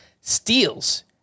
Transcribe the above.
Steals